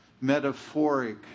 metaphoric